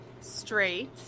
straight